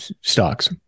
stocks